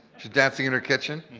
she's dancing in her kitchen,